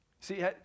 See